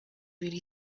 really